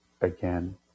again